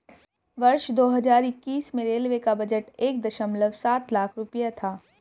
वर्ष दो हज़ार इक्कीस में रेलवे का बजट एक दशमलव सात लाख रूपये था